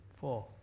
four